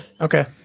Okay